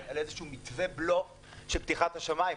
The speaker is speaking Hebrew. על איזשהו מתווה בלוף של פתיחת השמיים.